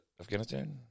Afghanistan